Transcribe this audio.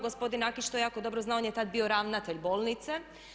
Gospodin Nakić to jako dobro zna, on je tad bio ravnatelj bolnice.